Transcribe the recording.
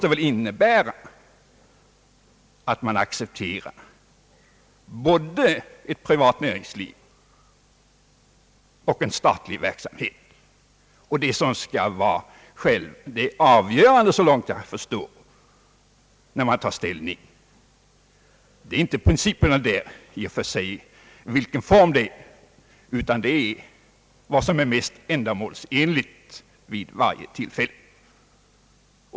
Den innebär ju att man godkänner både ett privat näringsliv och en statlig verksamhet, och det avgörande vid ställningstagandena är, så långt jag förstår, inte principerna och företagsformen i och för sig, utan vad som är mest ändamålsenligt vid varje tillfälle.